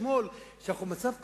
אתמול מישהו אמר שאנחנו במצב קשה: